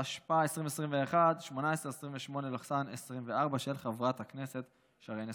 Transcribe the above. התשפ"א 2021, פ/1828/24, של חברת הכנסת שרן השכל.